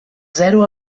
zero